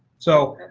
so,